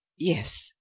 yes,